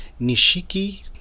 Nishiki